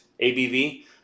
ABV